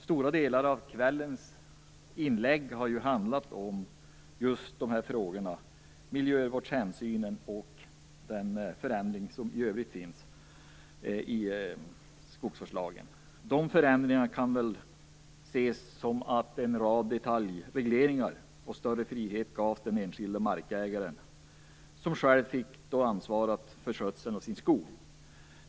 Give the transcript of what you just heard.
Stora delar av kvällens inlägg har ju handlat om just de här frågorna, miljövårdshänsynen och den förändring som i övrigt finns i skogsvårdslagen. De förändringarna kan väl ses som att en större frihet gavs åt den enskilde markägaren, som själv fick ansvaret för skötseln av sin skog.